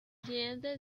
siguiente